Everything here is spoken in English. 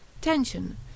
Tension